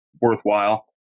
worthwhile